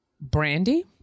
Brandy